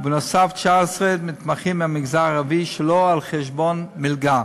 ונוסף על כך יש 19 מתמחים מהמגזר הערבי שלא על חשבון מלגה.